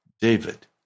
David